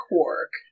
Quark